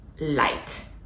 light